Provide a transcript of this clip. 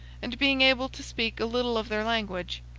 and, being able to speak a little of their language,